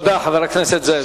תודה רבה, חבר הכנסת זאב.